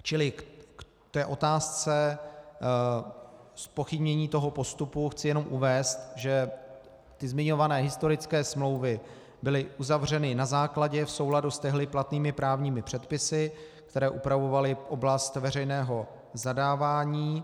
Čili k otázce zpochybnění toho postupu chci jenom uvést, že zmiňované historické smlouvy byly uzavřeny na základě, v souladu s tehdy platnými právními předpisy, které upravovaly oblast veřejného zadávání.